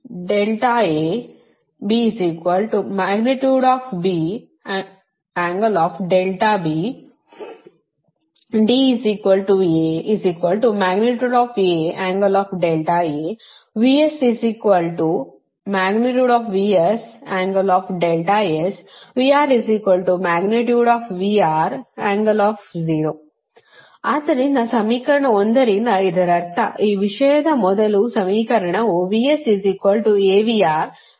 ಆದ್ದರಿಂದ ಸಮೀಕರಣ 1 ರಿಂದ ಇದರರ್ಥ ಈ ವಿಷಯದ ಮೊದಲ ಸಮೀಕರಣವು ತಿಳಿದಿದೆ